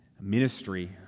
ministry